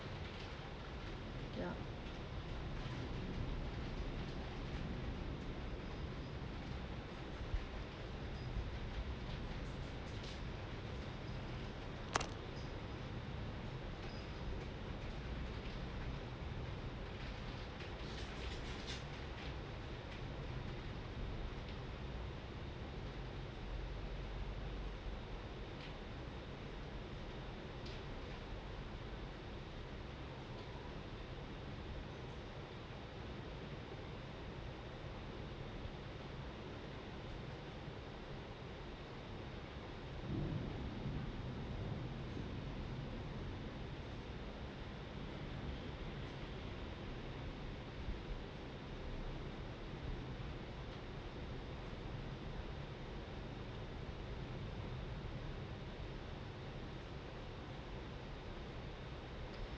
ya